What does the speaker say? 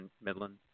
Midland